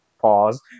pause